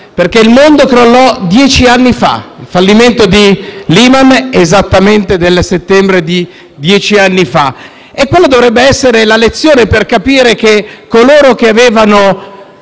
perché il mondo crollò dieci anni fa, il fallimento della Lehman è esattamente del settembre di dieci anni fa. Quella dovrebbe essere la lezione per capire che coloro che avevano